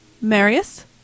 Marius